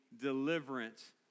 deliverance